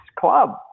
club